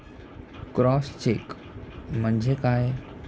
Cross check म्हणजे काय?